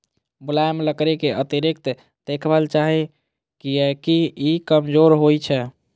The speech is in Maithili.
मुलायम लकड़ी कें अतिरिक्त देखभाल चाही, कियैकि ई कमजोर होइ छै